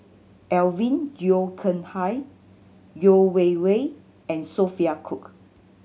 Alvin Yeo Khirn Hai Yeo Wei Wei and Sophia Cooke